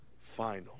final